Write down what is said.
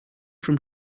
from